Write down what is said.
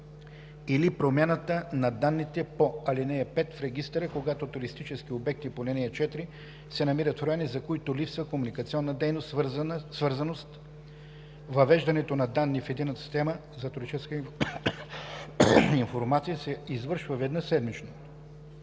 или промяната на данните по ал. 5 в регистъра; когато туристически обекти по ал. 4 се намират в райони, за които липсва комуникационна свързаност, въвеждането на данни в Единната система за туристическа информация се извършва веднъж седмично;